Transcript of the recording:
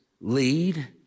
lead